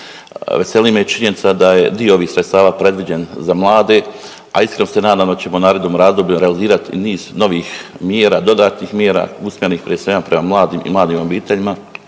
Veseli me i činjenica da je dio ovih sredstava predviđen za mlade, a iskreno se nadam ćemo u narednom razdoblju realizirati i niz novih mjera, dodatnih mjera usmjerenih prije svega mladim i mladim obiteljima